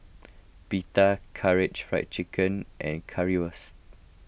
Pita Karaage Fried Chicken and Currywurst